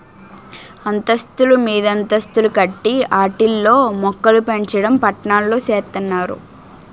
అంతస్తులు మీదంతస్తులు కట్టి ఆటిల్లో మోక్కలుపెంచడం పట్నాల్లో సేత్తన్నారు